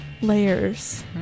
Layers